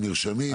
הדברים נרשמים,